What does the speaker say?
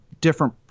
different